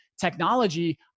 technology